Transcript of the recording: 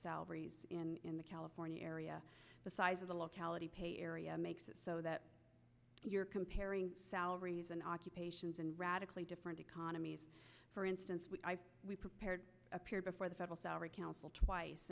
salaries in the california area the size of the locality pay area makes it so that you're comparing salaries and occupations and radically different economies for instance prepared appeared before the federal council twice